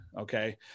okay